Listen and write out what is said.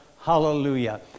hallelujah